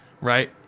Right